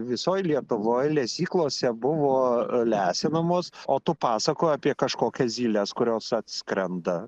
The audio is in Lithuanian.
visoj lietuvoj lesyklose buvo lesinamos o tu pasakojai apie kažkokias zyles kurios atskrenda